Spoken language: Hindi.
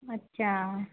अच्छा